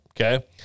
okay